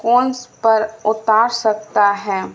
کونس پر اتار سکتا ہے